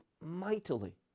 mightily